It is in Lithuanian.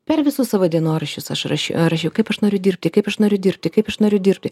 per visus savo dienoraščius aš raš rašiau kaip aš noriu dirbti kaip aš noriu dirbti kaip aš noriu dirbti